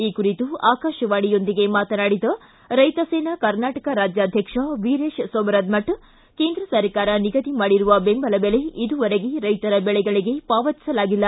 ಈ ಕುರಿತು ಆಕಾಶವಾಣಿಯೊಂದಿಗೆ ಮಾತನಾಡಿದ ರೈತ ಸೇನಾ ಕರ್ನಾಟಕ ರಾಜ್ಯಾಧ್ಯಕ್ಷ ವಿರೇಶ ಸೊಬರದಮಠ ಕೇಂದ್ರ ಸರ್ಕಾರ ನಿಗದಿ ಮಾಡಿರುವ ಬೆಂಬಲ ಬೆಲೆ ಇದುವರೆಗೆ ರೈತರ ಬೆಳೆಗಳಗೆ ಪಾವತಿಸಲಾಗಿಲ್ಲ